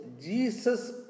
Jesus